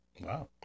wow